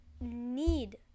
need